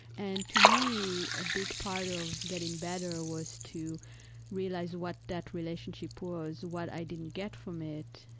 and, to me, a big part of getting better was to realize what that relationship was, what i didn't get from it,